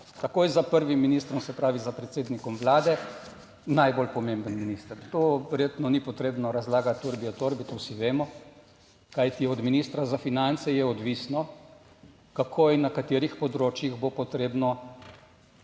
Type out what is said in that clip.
takoj za prvim ministrom, se pravi za predsednikom Vlade najbolj pomemben minister. To verjetno ni potrebno razlagati urbi et orbi to vsi vemo, kajti od ministra za finance je odvisno kako in na katerih področjih bo potrebno